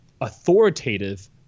authoritative